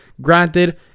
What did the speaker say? Granted